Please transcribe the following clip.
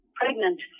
pregnant